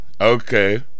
Okay